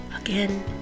Again